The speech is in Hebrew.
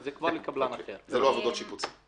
זה לא עבודות שיפוצים.